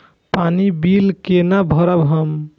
पानी बील केना भरब हम?